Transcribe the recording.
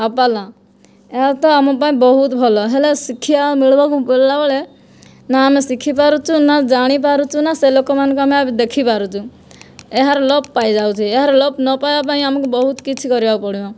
ଆଉ ପାଲା ଏହା ତ ଆମ ପାଇଁ ବହୁତ ଭଲ ହେଲେ ଶିକ୍ଷା ମିଳିବାକୁ ମିଳିଲା ବେଳେ ନା ଆମେ ଶିଖିପାରୁଛୁ ନା ଜାଣିପାରୁଛୁ ନା ସେ ଲୋକମାନଙ୍କୁ ଆମେ ଦେଖିପାରୁଛୁ ଏହାର ଲୋପ୍ ପାଇଯାଉଛି ଏହାର ଲୋପ୍ ନ ପାଇବା ପାଇଁ ଆମକୁ ବହୁତ କିଛି କରିବାକୁ ପଡ଼ିବ